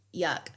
yuck